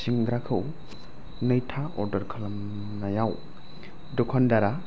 सिंग्राखौ नैथा अर्दार खालामनायाव दखानदारा